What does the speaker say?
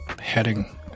heading